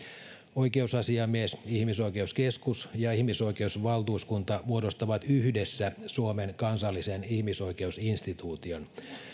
oikeusasiamies ihmisoikeuskeskus ja ihmisoikeusvaltuuskunta muodostavat yhdessä suomen kansallisen ihmisoikeusinstituution